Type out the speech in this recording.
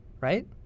right